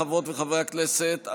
חברות וחברי הכנסת,